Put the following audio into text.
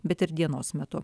bet ir dienos metu